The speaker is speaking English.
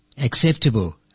acceptable